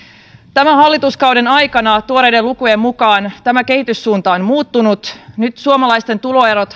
tämän hallituskauden aikana tuoreiden lukujen mukaan tämä kehityssuunta on muuttunut nyt suomalaisten tuloerot